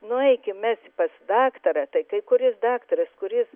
nueikim mes pas daktarą tai kai kuris daktaras kuris